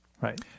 right